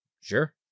Sure